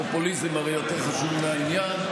הרי הפופוליזם יותר חשוב מהעניין.